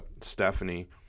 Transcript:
Stephanie